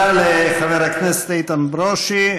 תודה לחבר הכנסת איתן ברושי.